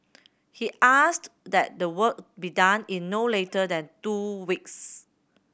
he asked that the work be done in no later than two weeks